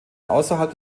außerhalb